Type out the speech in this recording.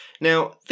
Now